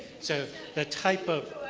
so the type of